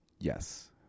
Yes